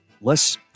less